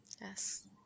Yes